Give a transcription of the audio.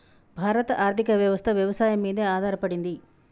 భారత ఆర్థికవ్యవస్ఠ వ్యవసాయం మీదే ఆధారపడింది